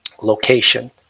location